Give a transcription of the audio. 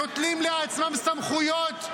נוטלים לעצמם סמכויות,